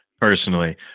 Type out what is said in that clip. personally